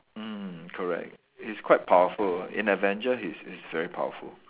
mm correct he's quite powerful in Avengers he's he's very powerful